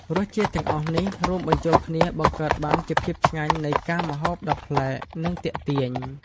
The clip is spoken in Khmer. រសជាតិទាំងអស់នេះ រួមបញ្ចូលគ្នាបង្កើតបានជាភាពឆ្ញាញ់នៃការម្ហូបដ៏ប្លែក និងទាក់ទាញ។